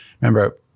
Remember